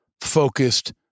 focused